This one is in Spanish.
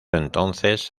entonces